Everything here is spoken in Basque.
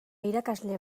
irakasle